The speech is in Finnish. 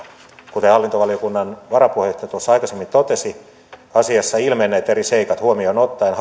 kuten hallintovaliokunnan varapuheenjohtaja tuossa aikaisemmin totesi asiassa ilmenneet eri seikat huomioon ottaen